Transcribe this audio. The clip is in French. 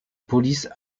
police